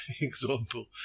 example